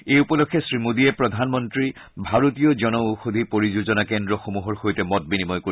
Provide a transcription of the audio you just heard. এই উপলক্ষে শ্ৰী মোদীয়ে প্ৰধানমন্ত্ৰী ভাৰতীয় জন ঔষধি পৰিযোজনা কেন্দ্ৰসমূহৰ সৈতে মত বিনিময় কৰিব